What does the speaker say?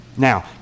Now